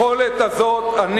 היכולת הזאת,